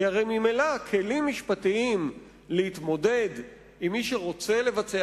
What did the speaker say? כי הרי ממילא כלים משפטיים להתמודד עם מי שרוצה לבצע